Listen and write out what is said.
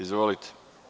Izvolite.